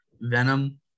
venom